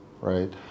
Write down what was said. right